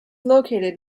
located